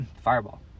fireball